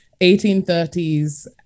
1830s